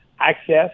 access